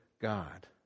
God